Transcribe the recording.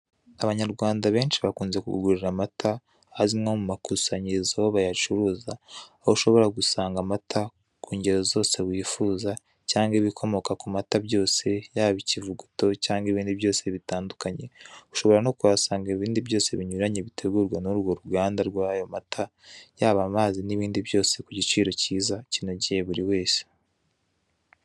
Abanyarwanda benshi bakunze kugurira amata ahazwi nko mu makusanyirizo bayacuruza, aho ushobora gusanga amata zose wifuza cyangwa ibikomoka ku mata byose yaba ikivuguto cyangwa ibindi byose bitandukanye, ushobora no kuhasanga ibindi byose binyuranye bitegurwa n'urwo ruganda rw'ayo mata yaba amazi n'ibindi byose ku giciro cyiza kinogeye buri wese.